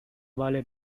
vale